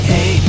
Hey